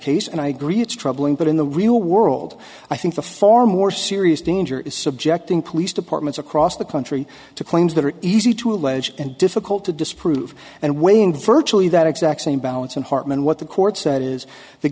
case and i agree it's troubling but in the real world i think the far more serious danger is subjecting police departments across the country to claims that are easy to allege and difficult to disprove and weigh in virtually that exact same balance and hartmann what the court said is the